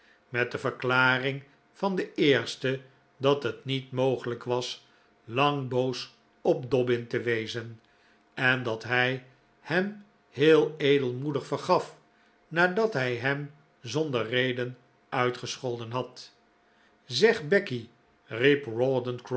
met de verklaring van den eerste dat het niet mogelijk was lang boos op dobbin te wezen en dat hij hem heel edelmoedig vergaf nadat hij hem zonder reden uitgescholden had zeg becky